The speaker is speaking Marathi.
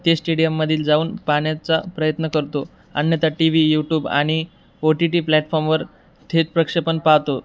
ते स्टेडियममध्ये जाऊन पाण्याचा प्रयत्न करतो अन्यथा टी व्ही यूट्यूब आणि ओटीटी प्लॅटफॉर्मवर थेत प्रक्षेपण पाहतो